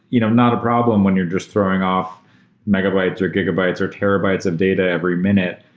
you know not a problem when you're just throwing off megabytes or gigabytes or terabytes of data every minute.